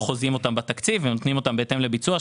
חוזים אותן בתקציב ונותנים אותן בהתאם לביצוע,